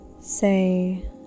say